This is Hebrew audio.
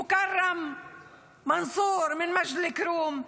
מוקרם מנסור ממג'ד אל-כרום,